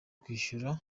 kwishyura